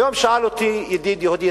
היום שאל אותי ידיד יהודי,